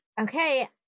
Okay